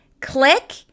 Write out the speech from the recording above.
click